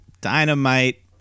Dynamite